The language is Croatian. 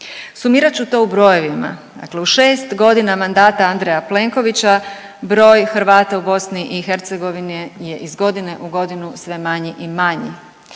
Sumirat ću to u brojevima. Dakle, u 6 godina mandata Andreja Plenkovića broj Hrvata u BiH je iz godine u godinu sve manji i manji.